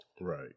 Right